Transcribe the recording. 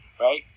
right